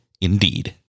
Indeed